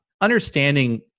understanding